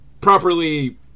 properly